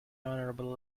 honorable